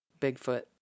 Bigfoot